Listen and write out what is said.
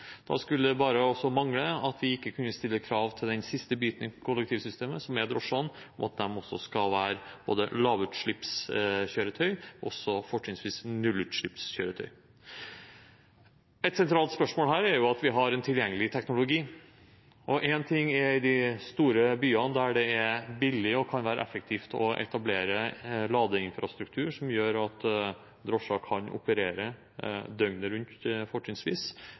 Da skulle det bare mangle at vi ikke også kunne stille krav til den siste biten i kollektivsystemet, som er drosjene, om at de også skal være lavutslippskjøretøy, fortrinnsvis nullutslippskjøretøy. Et sentralt spørsmål her er at vi har en tilgjengelig teknologi. Én ting er i de store byene, der det er billig og kan være effektivt å etablere ladeinfrastruktur som gjør at drosjer fortrinnsvis kan operere døgnet rundt,